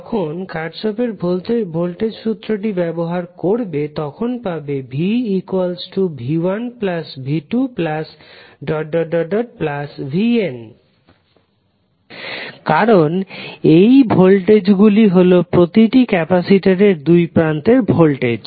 যখন কার্শফের ভোল্টেজ সূত্রটি Kirchhoff's Voltage lawব্যবহার করবে তখন পাবে vv1v2vn কারণ এই ভোল্টেজ গুলি হলো প্রতিটি ক্যাপাসিটরের দুই প্রান্তের ভোল্টেজ